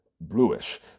bluish